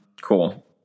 Cool